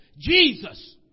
Jesus